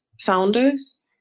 founders